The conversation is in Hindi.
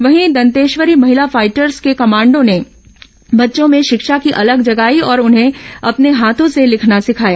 वहीं दंतेश्वरी महिला फाइटर्स के कमांडों ने बच्चों में शिक्षा की अलख जगाई और उन्हें अपने हाथों से लिखना सिखाया